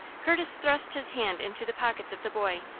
curtis thrust his hand into the pockets of the boy,